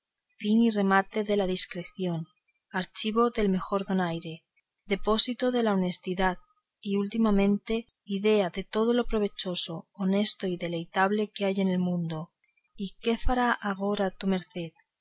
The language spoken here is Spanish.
fin y remate de la discreción archivo del mejor donaire depósito de la honestidad y ultimadamente idea de todo lo provechoso honesto y deleitable que hay en el mundo y qué fará agora la tu merced